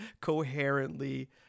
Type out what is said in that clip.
coherently